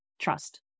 trust